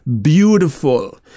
beautiful